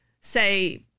say